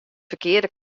ferkearde